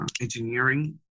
engineering